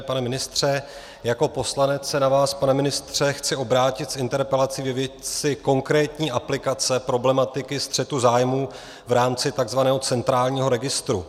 Pane ministře, jako poslanec se na vás, pane ministře, chci obrátit s interpelací ve věci konkrétní aplikace problematiky střetu zájmů v rámci tzv. centrálního registru.